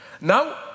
Now